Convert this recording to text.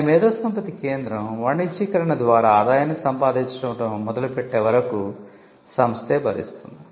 కాని మేధోసంపత్తి కేంద్రం వాణిజ్యీకరణ ద్వారా ఆదాయాన్ని సంపాదించడం మొదలుపెట్టే వరకు సంస్థే భరిస్తుంది